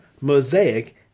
Mosaic